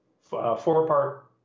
four-part